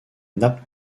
nab